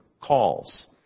calls